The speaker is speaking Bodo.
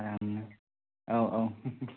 औ औ